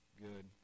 good